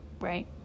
right